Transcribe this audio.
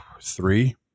three